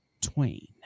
Twain